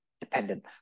dependent